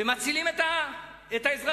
ומצילים את האזרחים,